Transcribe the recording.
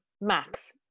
max